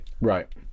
Right